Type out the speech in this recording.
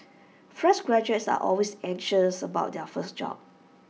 fresh graduates are always anxious about their first job